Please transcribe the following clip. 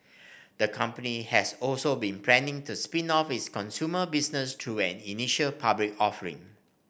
the company has also been planning to spin off its consumer business through an initial public offering